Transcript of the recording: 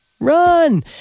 Run